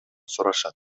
сурашат